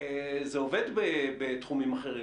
זה עובד בתחומים אחרים.